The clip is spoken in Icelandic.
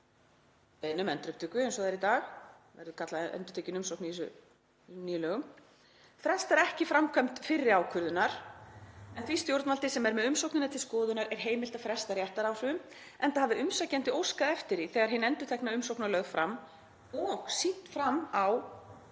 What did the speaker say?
um endurupptöku, eins og það er í dag, það verður kallað endurtekin umsókn í þessum nýju lögum — „frestar ekki framkvæmd fyrri ákvörðunar en því stjórnvaldi sem er með umsóknina til skoðunar er heimilt að fresta réttaráhrifum enda hafi umsækjandi óskað eftir því þegar hin endurtekna umsókn var lögð fram og sýnt fram á“